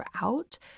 out